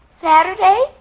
Saturday